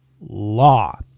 law